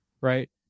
Right